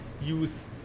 use